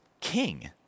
king